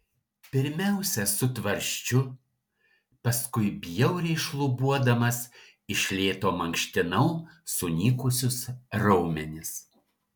pirmiausia su tvarsčiu paskui bjauriai šlubuodamas iš lėto mankštinau sunykusius raumenis